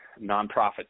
nonprofit